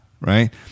right